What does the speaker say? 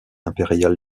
impérial